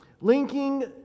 linking